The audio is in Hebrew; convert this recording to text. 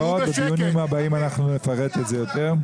בדיונים הבאים נפרט את זה יותר.